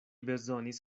bezonis